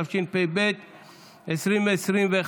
התשפ"ב 2021,